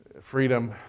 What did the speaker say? freedom